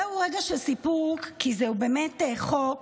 זהו רגע של סיפוק כי זהו באמת חוק